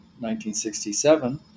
1967